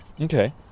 okay